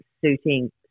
suiting